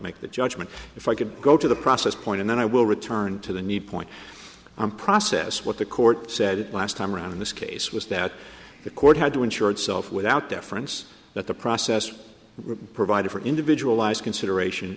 make that judgment if i could go to the process point and then i will return to the need point on process what the court said last time around in this case was that the court had to insure itself without deference that the process provided for individual lies consideration